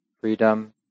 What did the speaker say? freedom